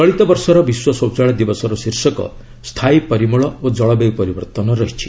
ଚଳିତ ବର୍ଷର ବିଶ୍ୱ ଶୌଚାଳୟ ଦିବସର ଶୀର୍ଷକ 'ସ୍ଥାୟୀ ପରିମଳ ଓ ଜଳବାୟୁ ପରିବର୍ତ୍ତନ' ରହିଛି